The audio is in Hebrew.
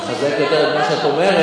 תוריד את זה, אז